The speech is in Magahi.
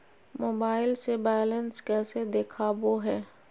मोबाइल से बायलेंस कैसे देखाबो है?